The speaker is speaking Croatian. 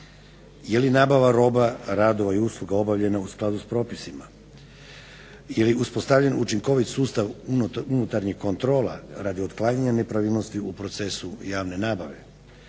Je li nabava roba, radova i usluga obavljena u skladu s propisima. Je li uspostavljen učinkoviti sustav unutarnjih kontrola radi otklanjanja nepravilnosti u procesu javne nabave.